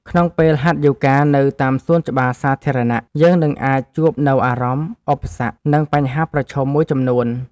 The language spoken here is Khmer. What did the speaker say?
ក្នុងពេលហាត់យូហ្គានៅតាមសួនច្បារសាធារណៈ យើងនឹងអាចជួបនូវអារម្មណ៍ ឧបសគ្គ និងបញ្ហាប្រឈមមួយចំនួន។